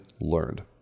learned